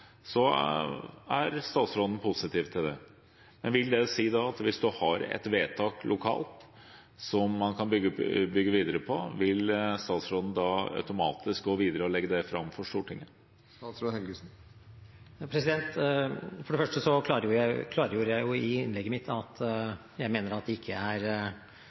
er statsråden positiv til det. Vil det si at hvis en har et vedtak lokalt som en kan bygge videre på, så vil statsråden automatisk gå videre og legge det fram for Stortinget? For det første så klargjorde jeg jo i innlegget mitt at jeg mener at det ikke er